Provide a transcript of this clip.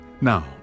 Now